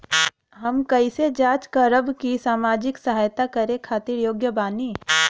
हम कइसे जांच करब की सामाजिक सहायता करे खातिर योग्य बानी?